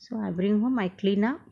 so I bring home I clean up